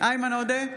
איימן עודה,